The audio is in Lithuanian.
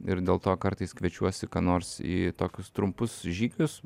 ir dėl to kartais kviečiuosi ką nors į tokius trumpus žygius